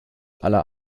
aller